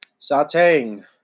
sauteing